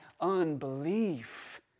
unbelief